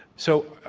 so,